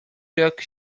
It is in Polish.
jak